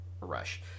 rush